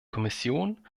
kommission